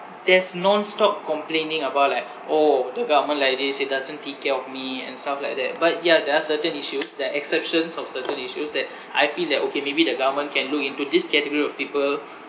there's non stop complaining about like orh the government like this it doesn't take care of me and stuff like that but ya there are certain issues there're exceptions of certain issues that I feel that okay maybe the government can look into this category of people